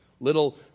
Little